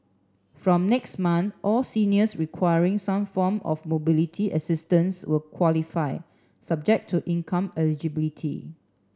from next month all seniors requiring some form of mobility assistance will qualify subject to income eligibility